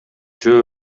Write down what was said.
жөө